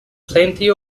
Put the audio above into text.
plenty